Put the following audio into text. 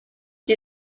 die